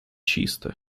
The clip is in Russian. чисто